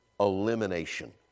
Elimination